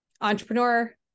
entrepreneur